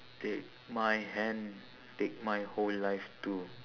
take my hand take my whole life too